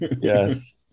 Yes